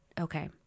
okay